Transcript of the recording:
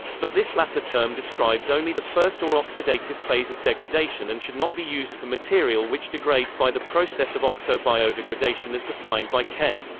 but this latter term describes only the first or oxidative phase of degradation and should not be used for material which degrades by the process of oxo-biodegradation oxo-biodegradation as defined by cen.